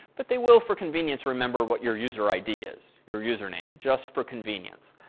but they will, for convenience, remember what your user id is, your username, just for convenience.